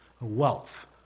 wealth